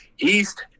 East